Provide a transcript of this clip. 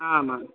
आमाम्